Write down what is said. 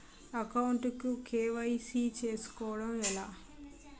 Account కు KYC చేసుకోవడం ఎలా?